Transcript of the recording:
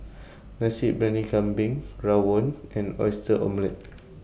Nasi Briyani Kambing Rawon and Oyster Omelette